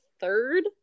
third